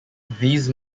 these